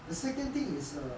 the second thing is err